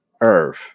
Earth